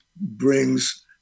brings